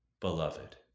Beloved